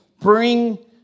bring